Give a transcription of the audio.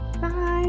Bye